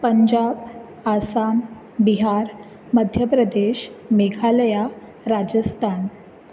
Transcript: Punjab Assam Bihar Madhya Pradesh Meghalaya Rajasthan